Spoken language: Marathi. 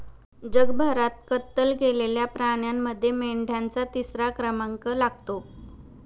जगभरात कत्तल केलेल्या प्राण्यांमध्ये मेंढ्यांचा तिसरा क्रमांक लागतो